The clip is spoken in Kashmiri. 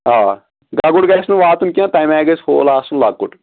آ گَگُر گژھِ نہٕ واتُن کیٚنہہ تَمہِ آیہِ گژھِ ہول آسُن لۄکُٹ